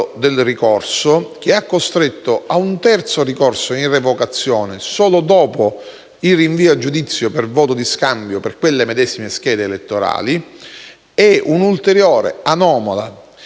del ricorso - il che ha costretto a un terzo ricorso in revocazione solo dopo il rinvio a giudizio per voto di scambio per quelle medesime schede elettorali - e da un'ulteriore anomala